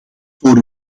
voor